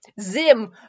zim